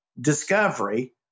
discovery